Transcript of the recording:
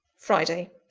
friday.